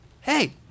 Hey